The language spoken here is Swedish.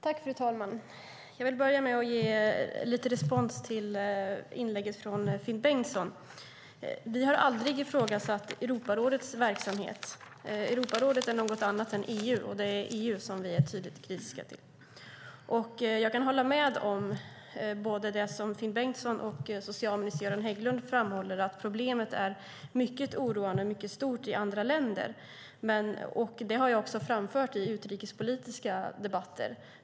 Fru talman! Jag ska börja med att ge lite respons på inlägget från Finn Bengtsson. Vi har aldrig ifrågasatt Europarådets verksamhet. Europarådet är någonting annat än EU. Det är EU som vi är tydligt kritiska till. Jag kan hålla med om både det som Finn Bengtsson och som socialminister Göran Hägglund framhåller, nämligen att problemet är mycket oroande och mycket stort i andra länder. Det har jag också framfört i utrikespolitiska debatter.